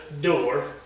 door